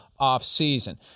offseason